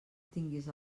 tinguis